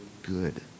good